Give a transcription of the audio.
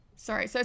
Sorry